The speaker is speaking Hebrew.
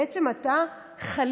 בעצם אתה חלילה,